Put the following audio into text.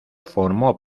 formó